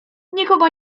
nikogo